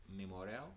Memorial